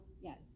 Yes